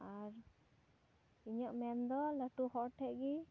ᱟᱨ ᱤᱧᱟᱹᱜ ᱢᱮᱱ ᱫᱚ ᱞᱟᱹᱴᱩ ᱦᱚᱲ ᱴᱷᱮᱱ ᱜᱮ